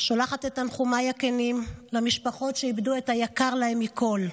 שולחת את תנחומיי הכנים למשפחות שאיבדו את היקר להן מכול,